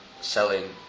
Selling